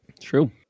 true